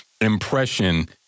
impression